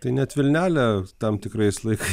tai net vilnelę tam tikrais laikais